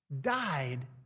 died